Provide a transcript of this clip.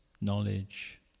Knowledge